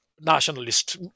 nationalist